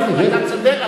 אתה צודק,